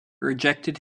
rejected